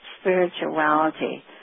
spirituality